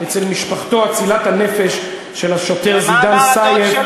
אצל משפחתו אצילת הנפש של השוטר זידאן סייף,